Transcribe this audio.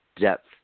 depth